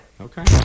Okay